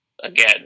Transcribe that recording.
again